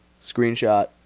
Screenshot